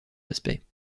aspects